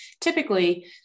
typically